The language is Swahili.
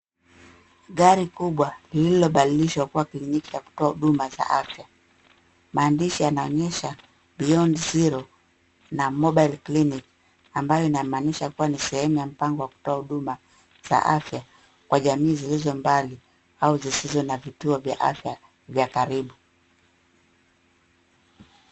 Gari kubwa lililobadilishwa kuwa kliniki ya kutoa huduma za afya. Maandishi yanaonyesha, beyond zero na mobile clinic, ambayo inamaanisha kuwa ni sehemu ya mpango wa kutoa huduma za afya kwa jamii zilizo mbali au zisizo na vituo vya afya vya karibu.